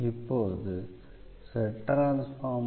இப்போது Z1n